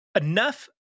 enough